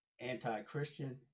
anti-Christian